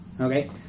Okay